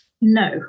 No